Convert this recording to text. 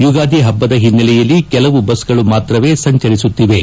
ಯುಗಾದಿ ಪಬ್ದ ಹಿನ್ನಲೆಯಲ್ಲಿ ಕೆಲವು ಬಸ್ ಗಳು ಮಾತ್ರವೇ ಸಂಚರಿಸುತ್ತಿವೆ